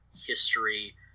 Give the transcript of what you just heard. history